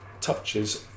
touches